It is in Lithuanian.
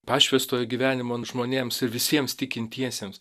pašvęstojo gyvenimo žmonėms ir visiems tikintiesiems